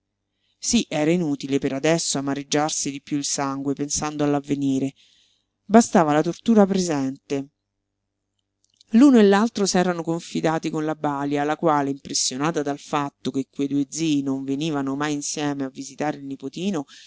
sí era inutile per adesso amareggiarsi di piú il sangue pensando all'avvenire bastava la tortura presente l'uno e l'altro s'erano confidati con la balia la quale impressionata dal fatto che quei due zii non venivano mai insieme a visitare il nipotino